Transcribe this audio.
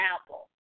Apple